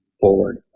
forward